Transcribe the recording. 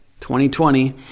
2020